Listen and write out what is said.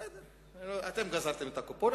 בסדר, אתם גזרתם את הקופון.